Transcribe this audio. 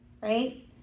Right